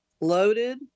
loaded